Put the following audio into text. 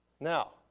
Now